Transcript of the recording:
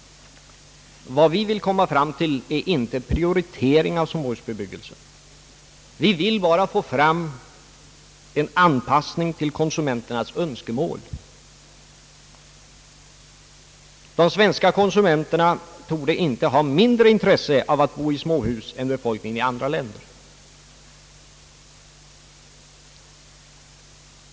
Vad vi vill komma fram till är inte prioritering av småhusbebyggelsen. Vi vill bara få anpassning till konsumenternas önskemål. De svenska konsumenterna torde inte ha mindre intresse av att bo i småhus än befolkningen i andra länder.